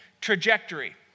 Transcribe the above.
trajectory